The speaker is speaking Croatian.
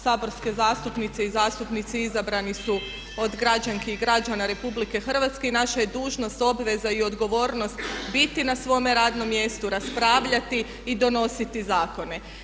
Saborske zastupnice i zastupnici izabrani su od građanki i građana RH i naša je dužnost, obveza i odgovornost biti na svome radnome mjestu, raspravljati i donositi zakone.